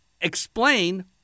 explain